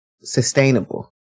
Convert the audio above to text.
sustainable